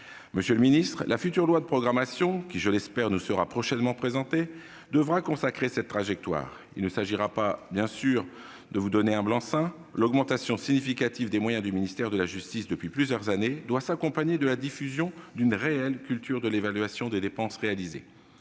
Monsieur le ministre, la future loi de programmation qui, je l'espère, nous sera prochainement présentée devra consacrer cette trajectoire. Il ne s'agira bien sûr pas de vous donner un blanc-seing ! L'augmentation significative des moyens du ministère de la justice depuis plusieurs années doit s'accompagner de la diffusion d'une réelle culture de l'évaluation des dépenses réalisées.